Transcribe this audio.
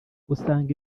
usanga